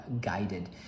guided